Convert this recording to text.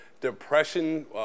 depression